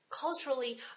Culturally